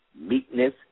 meekness